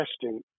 testing